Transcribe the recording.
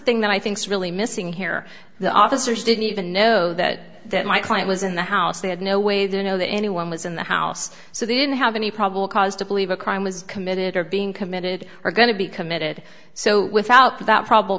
thing that i think's really missing here the officers didn't even know that my client was in the house they had no way they know that anyone was in the house so they didn't have any problem caused to believe a crime was committed or being committed or going to be committed so without that probable